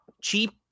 cheap